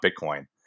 Bitcoin